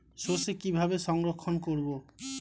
সরষে কিভাবে সংরক্ষণ করব?